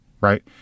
right